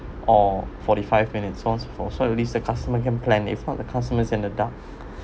or forty five minute songs for so at least the customer can plan it if not customer is in the dark